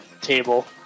table